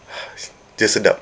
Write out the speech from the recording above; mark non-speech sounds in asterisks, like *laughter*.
*noise* it's just sedap